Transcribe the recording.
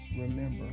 remember